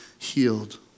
healed